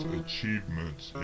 achievements